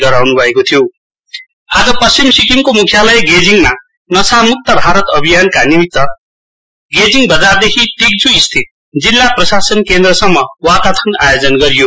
नशामुक्त भारत अभियान पश्चिम आज पश्चिम सिक्किमको मुख्यालय गेजिङमा नशामुक्त भारत अभियान का निम्ति गेजिङ बजारदेखि तिक्जुस्थित जिल्ला प्रशासन केन्द्रसम्म वाकाथन आयोजन गरियो